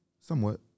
somewhat